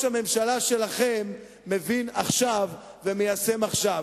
הממשלה שלכם מבין עכשיו ומיישם עכשיו.